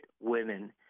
women